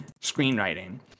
screenwriting